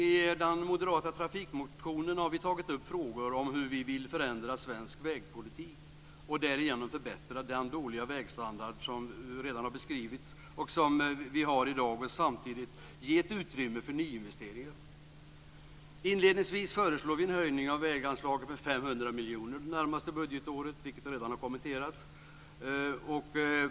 I den moderata trafikmotionen har vi tagit upp frågor om hur vi vill förändra svensk vägpolitik och därigenom förbättra den dåliga vägstandard som vi har i dag, vilken redan har beskrivits, och samtidigt ge utrymme för nyinvesteringar. Inledningsvis föreslår vi en höjning av väganslaget med 500 miljoner det närmaste budgetåret, vilket redan har kommenterats.